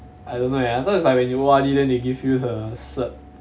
I don't know leh so it's like when you O_R_D then they give you a cert